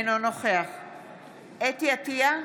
אינו נוכח חוה אתי עטייה,